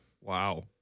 Wow